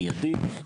מידי,